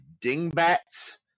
dingbats